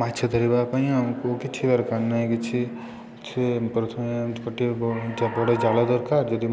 ମାଛ ଧରିବା ପାଇଁ ଆମକୁ କିଛି ଦରକାର ନାହିଁ କିଛି ସେ ପ୍ରଥମେ ଗୋଟିଏ ବଡ଼ ଜାଲ ଦରକାର ଯଦି